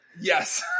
Yes